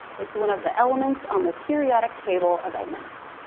it's one of the elements on the periodic table of elements.